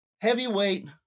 Heavyweight